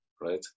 right